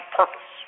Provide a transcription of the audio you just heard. purpose